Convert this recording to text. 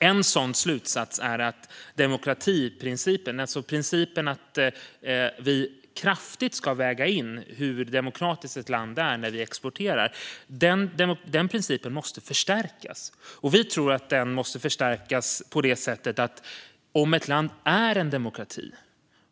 En sådan slutsats är att demokratiprincipen, alltså principen att vi kraftigt ska väga in hur demokratiskt ett land är när vi exporterar, måste förstärkas på det sättet att utgångspunkten alltid ska vara att vi exporterar om ett land är en demokrati.